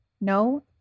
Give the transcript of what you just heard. no